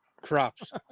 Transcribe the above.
Crops